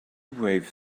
wave